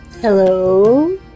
Hello